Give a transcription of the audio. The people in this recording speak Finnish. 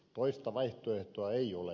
toista vaihtoehtoa ei ole